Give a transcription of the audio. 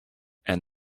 and